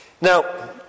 Now